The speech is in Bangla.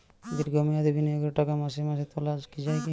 দীর্ঘ মেয়াদি বিনিয়োগের টাকা মাসে মাসে তোলা যায় কি?